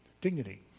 dignity